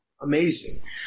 Amazing